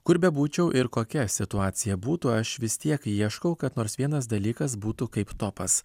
kur bebūčiau ir kokia situacija būtų aš vis tiek ieškau kad nors vienas dalykas būtų kaip topas